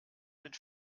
mit